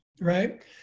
right